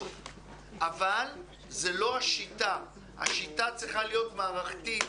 אבל זה לא השיטה, השיטה צריכה להיות מערכתית.